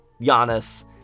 Giannis